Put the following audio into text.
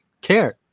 care